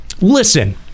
Listen